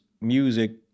music